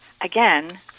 again